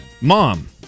Mom